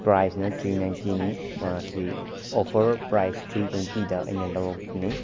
ꯄ꯭ꯔꯥꯏꯁꯅ ꯊ꯭ꯔꯤ ꯅꯥꯏꯟꯇꯤꯅꯤ ꯃꯁꯤ ꯑꯣꯐꯔ ꯄ꯭ꯔꯥꯏꯁ ꯊ꯭ꯔꯤ ꯇ꯭ꯋꯦꯟꯇꯤꯗ ꯑꯩꯅ ꯂꯧꯔꯛꯄꯅꯤ